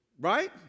right